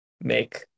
make